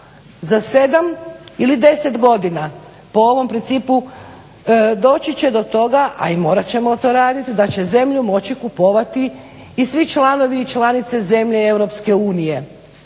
Za sedam ili deset godina po ovom principu doći će do toga, a i morat ćemo to raditi, da će zemlju moći kupovati i svi članovi i članice zemalja EU.